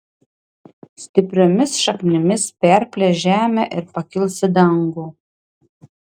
stipriomis šaknimis perplėš žemę ir pakils į dangų